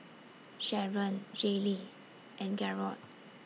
Sharron Jaylee and Garold